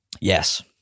Yes